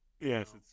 Yes